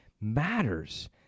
matters